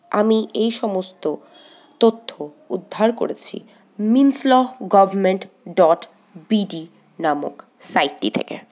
আমি এইসমস্ত তথ্য উদ্ধার করেছি min law government dot BD নামক সাইটটি থেকে